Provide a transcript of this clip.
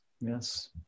Yes